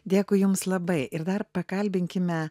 dėkui jums labai ir dar pakalbinkime